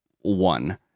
one